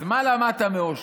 אז מה למדת מאושוויץ?